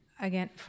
Again